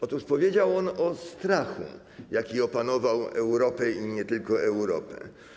Otóż powiedział on o strachu, jaki opanował Europę i nie tylko Europę.